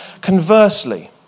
Conversely